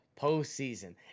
postseason